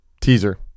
teaser